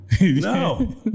no